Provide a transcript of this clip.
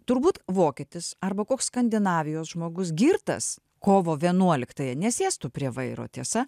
turbūt vokietis arba koks skandinavijos žmogus girtas kovo vienuoliktąją nesėstų prie vairo tiesa